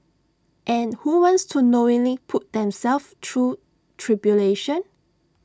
and who wants to knowingly put themselves through tribulation